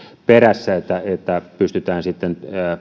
perässä että että pystytään sitten